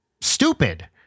stupid